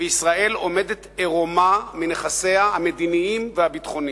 וישראל עומדת עירומה מנכסיה המדיניים והביטחוניים.